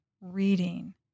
reading